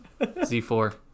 Z4